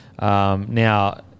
Now